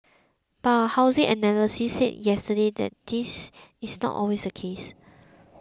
but a housing analyst said yesterday this is not always the case